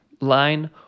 line